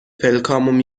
پلکامو